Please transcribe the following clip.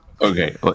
Okay